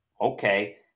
okay